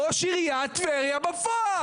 ראש עיריית טבריה בפועל.